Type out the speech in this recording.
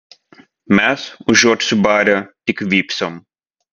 mes užuot subarę tik vypsom